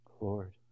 Lord